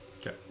Okay